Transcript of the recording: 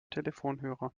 telefonhörer